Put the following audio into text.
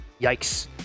Yikes